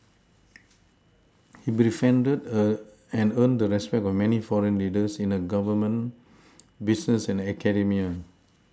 he befriended a and earned the respect of many foreign leaders in the Government business and academia